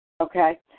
okay